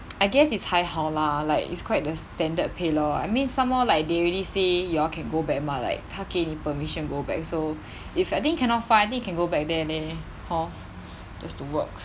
I guess it's 还好 lah like it's quite the standard pay lor I mean some more like they already say you all can go back mah like 他给你 permission go back so if I think cannot find I think can go back there leh hor just to work